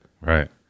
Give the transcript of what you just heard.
right